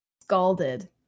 scalded